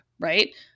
right